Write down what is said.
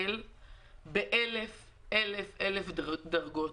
להישקל באלף דרגות.